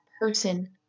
person